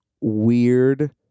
weird